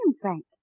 Frank